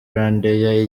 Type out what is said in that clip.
rwandair